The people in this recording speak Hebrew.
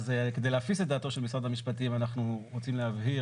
אז כדי להפיס את דעתו של משרד המשפטים אנחנו רוצים להבהיר